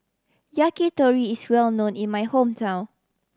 yakitori is well known in my hometown